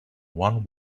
one